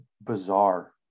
bizarre